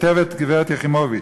כותבת הגברת יחימוביץ: